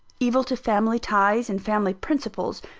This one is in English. evil to family ties and family principles,